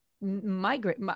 migrate